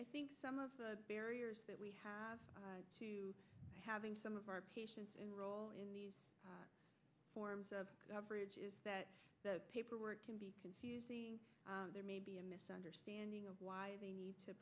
i think some of the barriers that we have to having some of our patients enroll in the forms of coverage is that the paperwork can be confusing there may be a mis understanding of why they need to